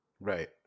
Right